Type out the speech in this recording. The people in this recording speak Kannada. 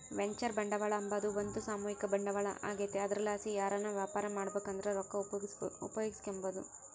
ವೆಂಚರ್ ಬಂಡವಾಳ ಅಂಬಾದು ಒಂದು ಸಾಮೂಹಿಕ ಬಂಡವಾಳ ಆಗೆತೆ ಅದರ್ಲಾಸಿ ಯಾರನ ವ್ಯಾಪಾರ ಮಾಡ್ಬಕಂದ್ರ ರೊಕ್ಕ ಉಪಯೋಗಿಸೆಂಬಹುದು